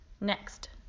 Next